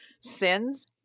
Sins